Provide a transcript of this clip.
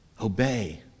obey